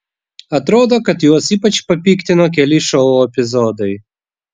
atrodo kad juos ypač papiktino keli šou epizodai